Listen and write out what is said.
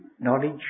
knowledge